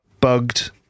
bugged